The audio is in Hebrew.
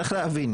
צריך להבין,